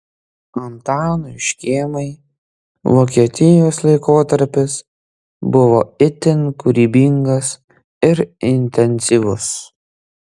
antanui škėmai vokietijos laikotarpis buvo itin kūrybingas ir intensyvus